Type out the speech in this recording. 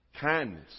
Kindness